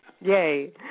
Yay